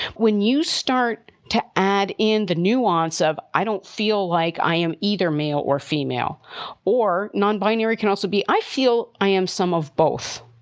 when you start to add in the nuance of i don't feel like i am either male or female or non binary can also be i feel i am some of both.